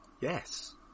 yes